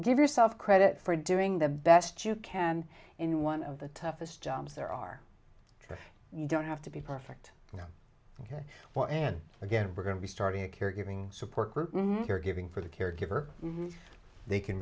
give yourself credit for doing the best you can in one of the toughest jobs there are so you don't have to be perfect you know ok well and again we're going to be starting a caregiving support group you're giving for the caregiver they can